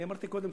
אמרתי קודם,